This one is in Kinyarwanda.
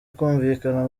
kumvikana